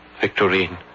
Victorine